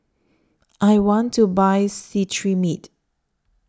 I want to Buy Cetrimide